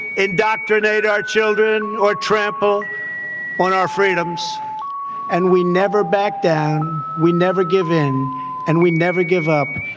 indoctrinate our children or trample on our freedoms and we never back down. we never give in and we never give up.